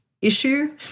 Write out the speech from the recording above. issue